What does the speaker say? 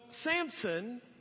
Samson